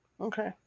Okay